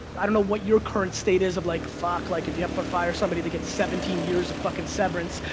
i don't know what your current state is of like, fuck, like if you have to fire somebody they get seventeen years of fucking severance.